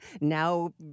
now